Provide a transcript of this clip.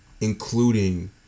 including